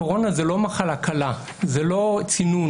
הקורונה היא לא מחלה קלה, זה לא צינון.